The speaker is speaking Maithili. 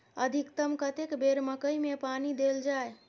अधिकतम कतेक बेर मकई मे पानी देल जाय?